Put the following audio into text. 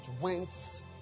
went